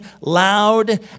loud